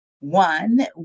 one